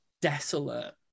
desolate